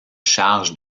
charge